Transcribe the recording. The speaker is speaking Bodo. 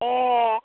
ए